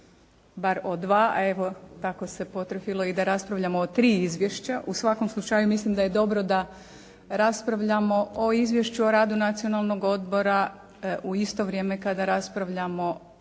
bar o dva, a evo tako se potrefilo i da raspravljamo o tri izvješća. U svakom slučaju mislim da je dobro da raspravljamo o Izvješću o radu Nacionalnog odbora u isto vrijeme kada raspravljamo